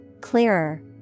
clearer